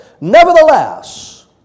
Nevertheless